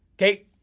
okay?